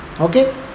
Okay